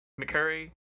McCurry